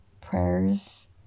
prayers